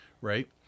Right